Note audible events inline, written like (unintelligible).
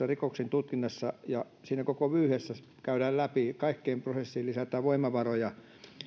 (unintelligible) rikoksien tutkinta ja koko vyyhti käydään läpi kaikkiin prosesseihin lisätään voimavaroja